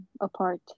apart